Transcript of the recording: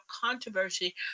controversy